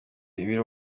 ibiro